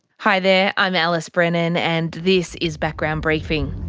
hi there, i'm alice brennan and this is background briefing.